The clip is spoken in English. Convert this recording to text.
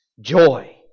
joy